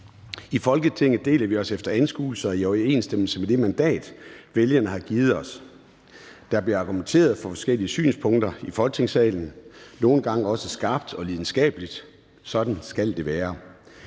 I Folketinget deler vi os efter anskuelser i overensstemmelse med det mandat, vælgerne har givet os. Der bliver argumenteret for forskellige synspunkter i Folketingssalen – nogle gange også skarpt og lidenskabeligt. Sådan skal det være.